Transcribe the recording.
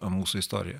mūsų istorijoje